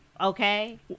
Okay